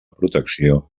protecció